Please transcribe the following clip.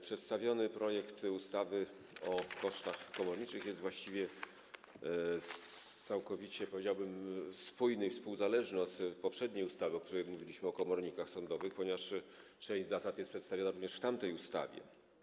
Przedstawiony projekt ustawy o kosztach komorniczych jest właściwie całkowicie, powiedziałbym, spójny i współzależny od poprzedniej ustawy, o której mówiliśmy, o komornikach sądowych, ponieważ część zasad jest przedstawiona również w tamtej ustawie.